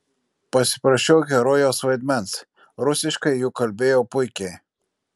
pasiprašiau herojaus vaidmens rusiškai juk kalbėjau puikiai